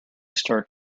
start